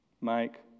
Mike